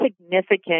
significant